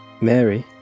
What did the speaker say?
Mary